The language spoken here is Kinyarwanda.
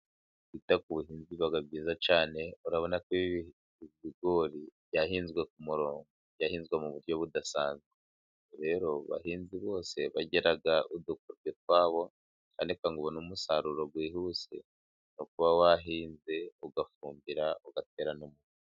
Kwita ku buhinzi biba byiza cyane, urabona ko ibi bigori byahinzwe ku murongo, byahinzwe mu buryo budasanzwe, ubwo rero bahinzi bose bagira udukoryo twawo, ariko kugira ngo ubone umusaruro wihuse upfa kuba wahinze ugafumbira ugaterana...